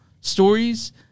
stories